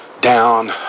down